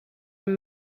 and